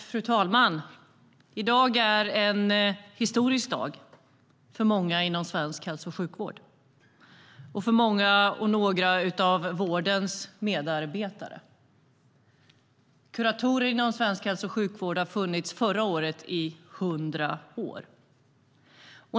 Fru talman! I dag är en historisk dag för många inom svensk hälso och sjukvård och för många av vårdens medarbetare. Förra året hade kuratorer funnits inom svensk hälso och sjukvård i 100 år.